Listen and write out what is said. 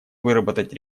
выработать